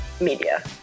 media